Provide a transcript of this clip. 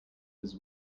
his